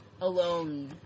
alone